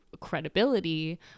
credibility